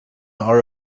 are